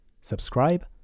subscribe